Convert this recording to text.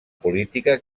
política